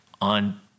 on